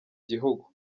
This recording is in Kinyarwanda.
gihugu